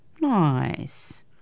nice